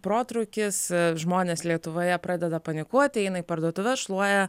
protrūkis žmonės lietuvoje pradeda panikuoti eina į parduotuves šluoja